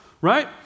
right